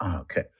Okay